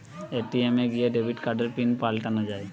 ATM এ গিয়ে debit কার্ডের পিন পাল্টানো যায়